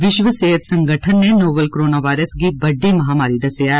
विश्व सेहत संगठन नै नोवेल करोना वायरस गी बड्डी महामारी दस्सेआ ऐ